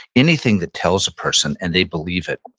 anything that tells a person and they believe it,